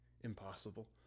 impossible